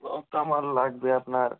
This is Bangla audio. ও কামান লাগবে আপনার